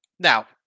Now